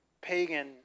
pagan